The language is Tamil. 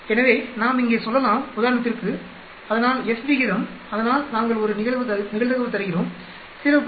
எனவே நாம் இங்கே சொல்லலாம்உதாரணத்திற்குஅதனால்எஃப் விகிதம்அதனால்நாங்கள் ஒரு நிகழ்தகவு தருகிறோம்0